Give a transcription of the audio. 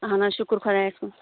اَہَن حظ شُکُر خدایَس کُن